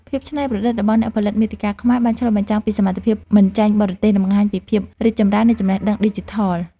ភាពច្នៃប្រឌិតរបស់អ្នកផលិតមាតិកាខ្មែរបានឆ្លុះបញ្ចាំងពីសមត្ថភាពមិនចាញ់បរទេស និងបង្ហាញពីភាពរីកចម្រើននៃចំណេះដឹងឌីជីថល។